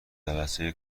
جلسه